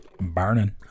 Burning